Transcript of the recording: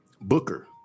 Booker